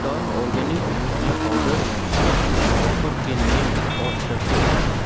ton organic धनिया powder पर इस ऑफ़र के नियम और शर्ते क्या हैं